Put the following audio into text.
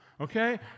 okay